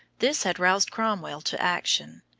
this had roused cromwell to action.